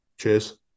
cheers